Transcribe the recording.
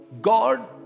God